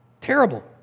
Terrible